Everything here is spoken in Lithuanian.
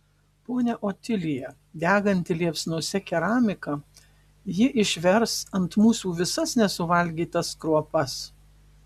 ponia otilija deganti liepsnose keramika ji išvers ant mūsų visas nesuvalgytas kruopas